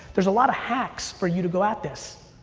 there's a lot of hacks for you to go at this.